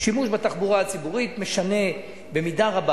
שימוש בתחבורה הציבורית משנה במידה רבה,